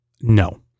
No